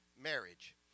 marriage